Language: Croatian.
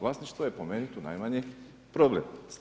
Vlasništvo je po meni tu najmanji problem.